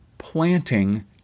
planting